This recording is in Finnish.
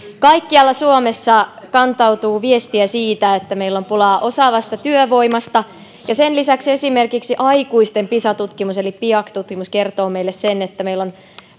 kaikkialta suomesta kantautuu viestiä siitä että meillä on pulaa osaavasta työvoimasta ja sen lisäksi esimerkiksi aikuisten pisa tutkimus eli piaac tutkimus kertoo meille sen että meillä on